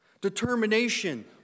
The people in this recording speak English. Determination